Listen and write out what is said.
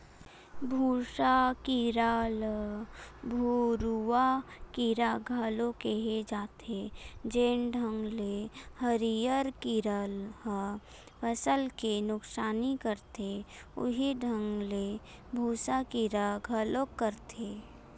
भूँसा कीरा ल भूरूवा कीरा घलो केहे जाथे, जेन ढंग ले हरियर कीरा ह फसल के नुकसानी करथे उहीं ढंग ले भूँसा कीरा घलो करथे